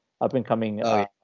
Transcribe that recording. up-and-coming